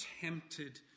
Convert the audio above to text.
tempted